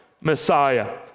Messiah